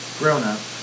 grown-up